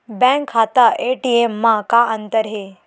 Bank खाता ATM मा का अंतर हे?